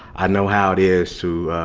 i know how it is to